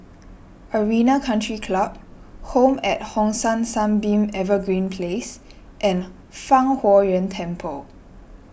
Arena Country Club Home at Hong San Sunbeam Evergreen Place and Fang Huo Yuan Temple